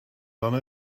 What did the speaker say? done